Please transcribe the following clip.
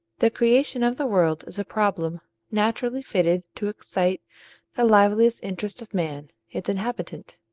the creation of the world is a problem naturally fitted to excite the liveliest interest of man, its inhabitant.